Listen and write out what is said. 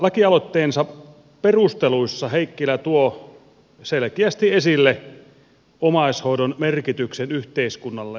lakialoitteensa perusteluissa heikkilä tuo selkeästi esille omaishoidon merkityksen yhteiskunnallemme